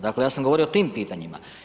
Dakle ja sam govorio o tim pitanjima.